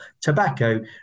tobacco